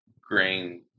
grain